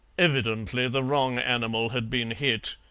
evidently the wrong animal had been hit,